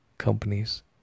companies